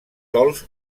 sòls